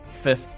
Fifth